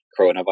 coronavirus